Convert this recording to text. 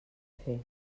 fer